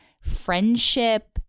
friendship